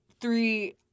three